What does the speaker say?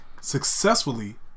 successfully